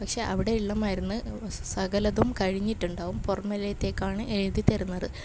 പക്ഷേ അവിടെയുള്ള മരുന്ന് സകലതും കഴിഞ്ഞിട്ടുണ്ടാവും പുറമലേത്തേക്കാണ് എഴ്തി തരുന്നത്